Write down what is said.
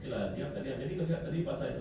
I don't know you can try ah